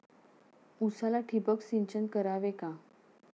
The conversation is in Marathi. उसाला ठिबक सिंचन करावे का?